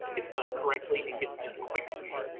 gets done correctly and gets done quickly.